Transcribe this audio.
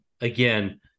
again